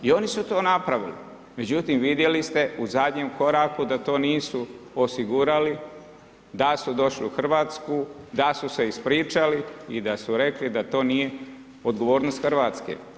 I oni su to napravili, međutim vidjeli ste u zadnjem koraku da to nisu osigurali, da su došli u Hrvatsku, da su se ispričali i da su rekli da to nije odgovornost Hrvatske.